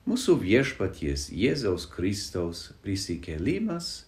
mūsų viešpaties jėzaus kristaus prisikėlimas